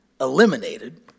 eliminated